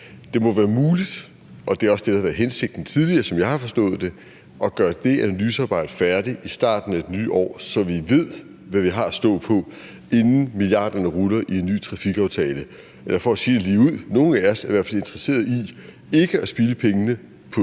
Det må være muligt – og det er også det, der har været hensigten tidligere, som jeg har forstået det – at gøre det analysearbejde færdigt i starten af det nye år, så vi ved, hvad vi har at stå på, inden milliarderne ruller i en ny trafikaftale. Eller for at sige det lige ud: